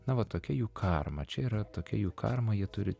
na va tokia jų karma čia yra tokia jų karma jie turi